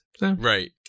Right